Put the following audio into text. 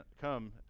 come